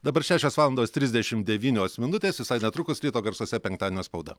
dabar šešios valandos trisdešim devynios minutės visai netrukus ryto garsuose penktadienio spauda